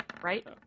Right